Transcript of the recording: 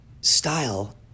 style